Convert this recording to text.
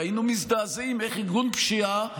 הרי היינו מזדעזעים איך ארגון פשיעה,